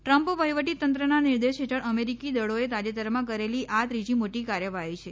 Trump વહિવટી તંત્રના નિર્દેશ હેઠળ અમેરિકી દળોએ તાજેતરમાં કરેલી આ ત્રીજી મોટી કાર્યવાહી છે